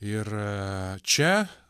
ir čia